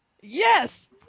Yes